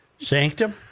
Sanctum